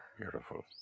Beautiful